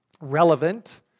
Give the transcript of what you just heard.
relevant